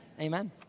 amen